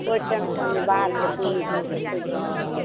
कोइ टेन्शन नहि बाहरके पानि सबसँ कोइ जरूरी नहि